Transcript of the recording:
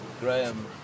Graham